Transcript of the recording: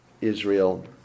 Israel